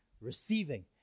receiving